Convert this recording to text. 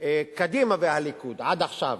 קדימה והליכוד עד עכשיו,